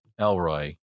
Elroy